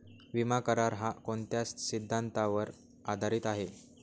विमा करार, हा कोणत्या सिद्धांतावर आधारीत आहे?